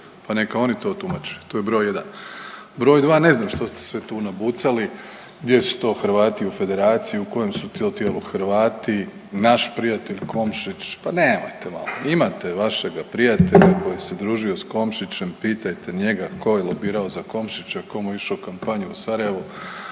pa neka oni to tumače. To je broj jedan. Broj dva, ne znam što ste sve tu nabucali, gdje su to Hrvati u Federaciji, u kojem su to tijelu Hrvati, naš prijatelj Komšić, pa nemojte .../nerazumljivo/... imate vašega prijatelja koji se družio s Komšićem, pitajte njega tko je lobirao za Komšića, tko mu je išao u kampanju u Sarajevo,